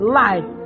life